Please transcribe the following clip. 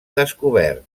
descobert